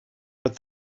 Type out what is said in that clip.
but